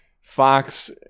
Fox